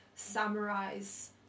summarize